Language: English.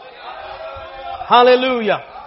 Hallelujah